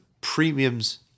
premiums